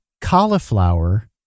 cauliflower